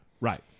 right